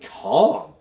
calm